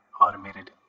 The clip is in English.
Automated